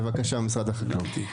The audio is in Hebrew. בבקשה משרד החקלאות.